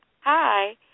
Hi